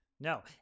No